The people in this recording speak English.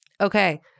Okay